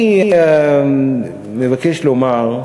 אני מבקש לומר,